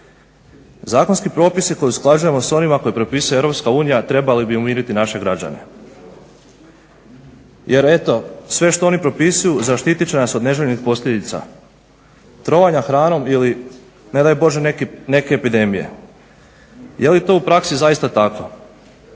Zakonski propisi koje usklađujemo s onima koje propisuje Europska unija trebali bi umiriti naše građane jer eto sve što oni propisuju zaštitit će nas od neželjenih posljedica, trovanja hranom ili ne daj Bože neke epidemije. Je li to u praksi zaista tako?